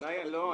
לא.